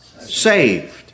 Saved